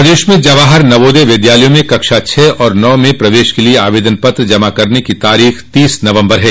प्रदेश में जवाहर नवोदय विद्यालयों में कक्षा छह और नौ में प्रवेश के लिए आवेदन पत्र जमा करने की तारीख तीस नवम्बर है